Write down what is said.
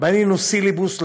בנינו סילבוס,